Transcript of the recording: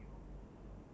ya